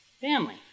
Family